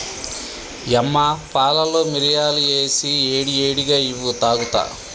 యమ్మ పాలలో మిరియాలు ఏసి ఏడి ఏడిగా ఇవ్వు తాగుత